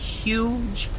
huge